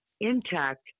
intact